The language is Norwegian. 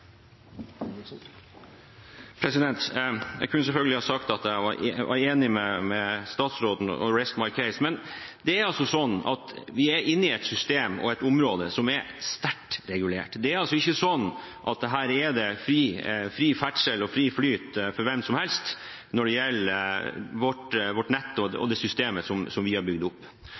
enig med statsråden, og «rest my case». Men vi er inne i et system og et område som er sterkt regulert. Det er ikke sånn at det er fri ferdsel og fri flyt for hvem som helst når det gjelder vårt nett og det systemet som vi har bygd opp.